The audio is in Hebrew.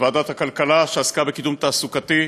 ועדת הכלכלה שעסקה בקידום תעסוקתי,